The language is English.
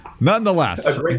Nonetheless